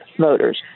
voters